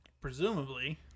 presumably